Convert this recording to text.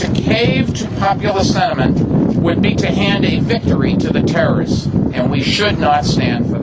caved popular sentiment would be to hand a victory to the terrorists, and we should not stand